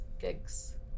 gigs